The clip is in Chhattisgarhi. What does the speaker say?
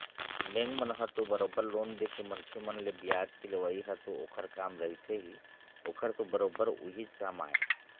बेंक मन ह तो बरोबर लोन देके मनखे मन ले बियाज के लेवई ह तो ओखर काम रहिथे ही ओखर तो बरोबर उहीच काम आय